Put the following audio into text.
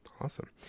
awesome